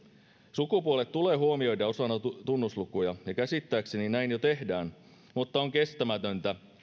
sukupuolet tulee huomioida osana tunnuslukuja ja käsittääkseni näin jo tehdään mutta on kestämätöntä